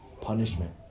punishment